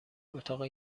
اتاق